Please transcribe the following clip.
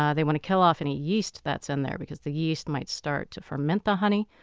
ah they want to kill off any yeast that's in there because the yeast might start to ferment the honey.